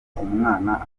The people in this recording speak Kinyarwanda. umwana